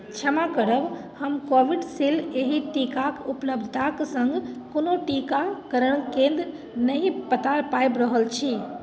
क्षमा करब हम कोविशील्ड एहि टीकाके उपलब्धताके सङ्ग कोनो टीकाकरण केन्द्र नहि पता पाबि रहल छी